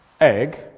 egg